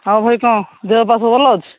ଆଉ ଭାଇ କ'ଣ ଦେହ ପା ସବୁ ଭଲ ଅଛି